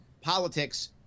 politics